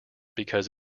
because